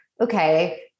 okay